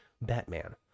Batman